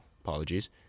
Apologies